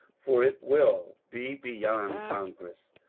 for it will be beyond congress.